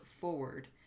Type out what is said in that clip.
forward